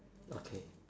okay